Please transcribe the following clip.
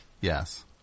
Yes